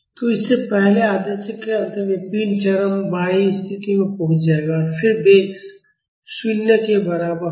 तो इस पहले आधे चक्र के अंत में पिंड चरम बाईं स्थिति में पहुंच जाएगा और फिर वेग 0 के बराबर होगा